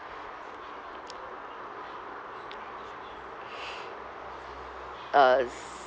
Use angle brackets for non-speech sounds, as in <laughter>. <noise> uh